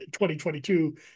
2022